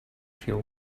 fuel